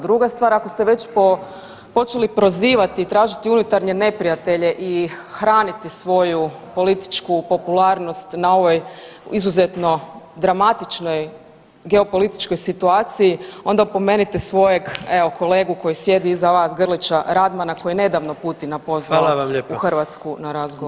Druga stvar ako ste već počeli prozivati i tražiti unutarnje neprijatelje i hraniti svoju političku popularnost na ovoj izuzetno dramatičnoj geopolitičkoj situaciji onda opomenite svojeg evo kolegu koji sjedi iza vas Grlića Radmana koji nedavno Putina pozvao [[Upadica predsjednik: Hvala vam lijepa.]] u Hrvatsku na razgovor.